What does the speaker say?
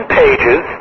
pages